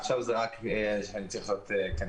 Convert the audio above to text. עכשיו אני רק צריך להיות מבודד.